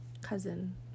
cousin